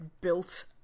built